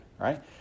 right